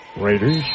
Raiders